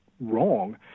wrong